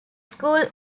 school